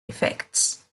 effects